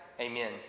Amen